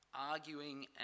Arguing